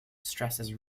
stresses